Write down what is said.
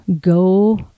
go